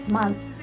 months